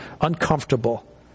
uncomfortable